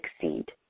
succeed